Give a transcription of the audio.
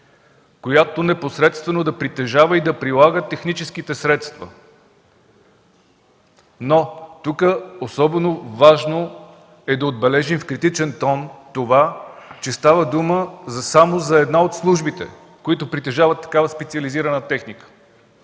която непосредствено да притежава и прилага техническите средства, но тук особено важно е да отбележим в критичен тон, че става дума само за една от службите, която притежава такава специализирана техника